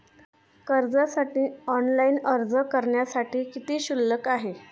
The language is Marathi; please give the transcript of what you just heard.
कर्जासाठी ऑनलाइन अर्ज करण्यासाठी किती शुल्क आहे?